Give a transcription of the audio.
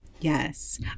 Yes